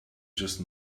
just